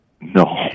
no